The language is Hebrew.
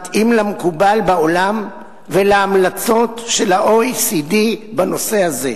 מתאימה למקובל בעולם ולהמלצות של ה-OECD בנושא הזה.